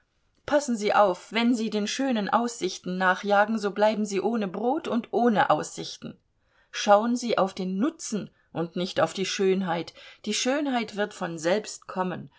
passen sie auf wenn sie den schönen aussichten nachjagen so bleiben sie ohne brot und ohne aussichten schauen sie auf den nutzen und nicht auf die schönheit die schönheit wird von selbst kommen